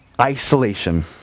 isolation